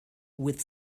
with